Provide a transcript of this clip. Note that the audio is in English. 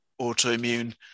autoimmune